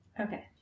Okay